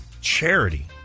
charity